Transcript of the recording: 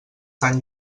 tan